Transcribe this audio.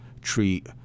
treat